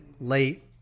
late